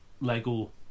Lego